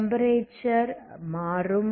temperature மாறும்